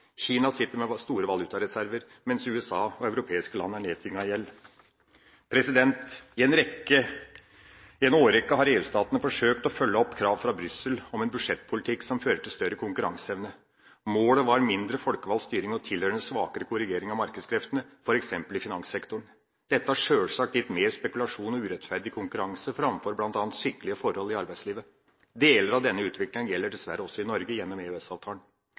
Kina sitter med store valutareserver, mens USA og europeiske land er nedtynget i gjeld. I en årrekke har EU-statene forsøkt å følge opp krav fra Brussel om en budsjettpolitikk som fører til større konkurranseevne. Målet var mindre folkevalgt styring og tilhørende svakere korrigering av markedskreftene f.eks. i finanssektoren. Dette har sjølsagt gitt mer spekulasjon og urettferdig konkurranse framfor bl.a. skikkelige forhold i arbeidslivet. Deler av denne utviklingen gjelder dessverre også i Norge gjennom